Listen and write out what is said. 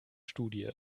studie